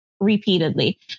repeatedly